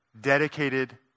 dedicated